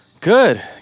Good